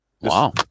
Wow